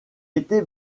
était